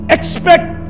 Expect